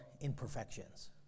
imperfections